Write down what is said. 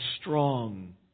strong